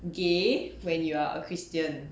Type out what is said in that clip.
gay when you are a christian